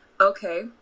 okay